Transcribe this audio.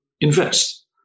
invest